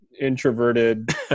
introverted